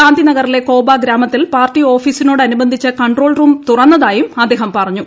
ഗാന്ധിനഗറിലെ കോബ ഗ്രാമത്തിൽ പാർട്ടി ഓഫീസിനോടനുബന്ധിച്ച് കൺട്രോൾറൂം തുറന്നതായും അദ്ദേഹം പറഞ്ഞു